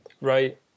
Right